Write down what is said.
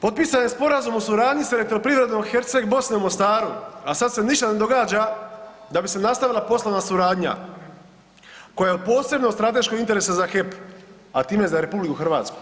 Potpisan je sporazum u suradnji s Elektroprivredom Herceg Bosne u Mostaru, a sad se ništa ne događa da bi se nastavila poslovna suradnja koja je od posebnog strateškog interesa za HEP, a time i za RH.